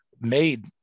made